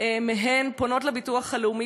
מהן פונות לביטוח הלאומי,